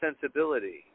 sensibility